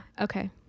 okay